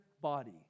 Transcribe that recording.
body